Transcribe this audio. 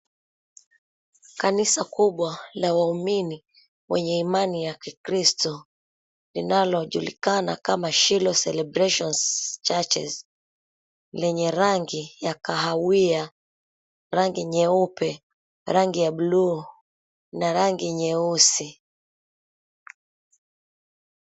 Kanisa kubwa la waumini wenye imani ya kikiristo linalojulijana kama, Shilo Celebrations Churches lenye rangi ya kahawia, rangi nyeupe, rangi ya buluu na rangi nyeusi.